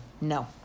No